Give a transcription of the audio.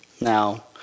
Now